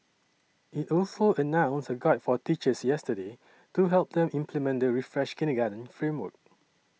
it also announced a guide for teachers yesterday to help them implement the refreshed kindergarten framework